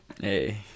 Hey